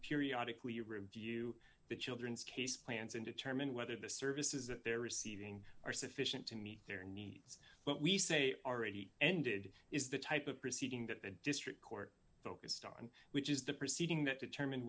periodically review the children's case plans and determine whether the services that they're receiving are sufficient to meet their needs what we say already ended is the type of proceeding that the district court focused on which is the proceeding that determine